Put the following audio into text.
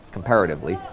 comparatively,